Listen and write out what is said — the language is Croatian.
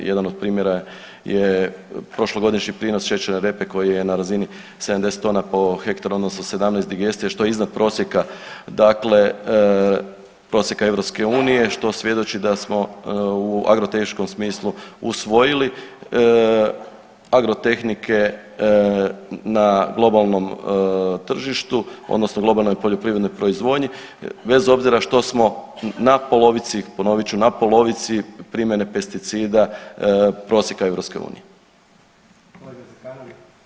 Jedan od primjera je prošlogodišnji prinos šećerne repe koji je na razini 70 tona po hektaru odnosno 17 digestija, što je iznad prosjeka dakle prosjeka EU-a, što svjedoči da smo u agrotehničkom smislu usvojili agrotehnike na globalnom tržištu, odnosno globalnoj poljoprivrednoj proizvodnji bez obzira što smo na polovici, ponovit ću, na polovici primjene pesticida prosjeka EU-a.